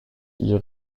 ils